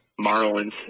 Marlins